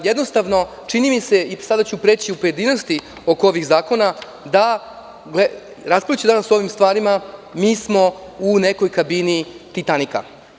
Jednostavno, čini mi se, i sada ću preći u pojedinosti oko ovih zakona, da raspravljajući danas o ovim stvarima smo u nekoj kabini Titanika.